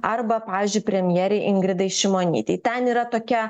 arba pavyzdžiui premjerei ingridai šimonytei ten yra tokia